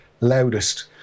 loudest